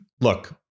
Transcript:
Look